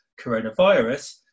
coronavirus